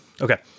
Okay